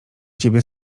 ciebie